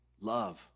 Love